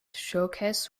showcased